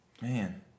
Man